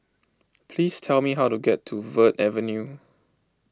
please tell me how to get to Verde Avenue